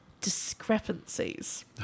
discrepancies